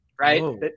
right